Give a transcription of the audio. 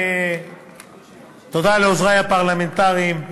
תודה לעוזרי הפרלמנטריים,